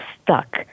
stuck